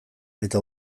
eta